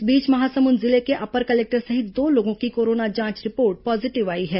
इस बीच महासमुंद जिले के अपर कलेक्टर सहित दो लोगों की कोरोना जांच रिपोर्ट पॉजीटिव आई है